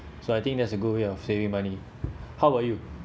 so I think that's a good way of saving money how about you